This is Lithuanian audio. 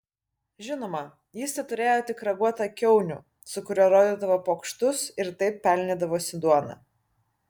žinoma jis teturėjo tik raguotą kiaunių su kuriuo rodydavo pokštus ir taip pelnydavosi duoną